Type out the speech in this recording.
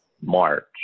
march